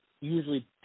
usually